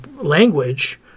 language